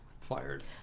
fired